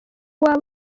waba